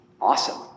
Awesome